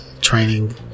training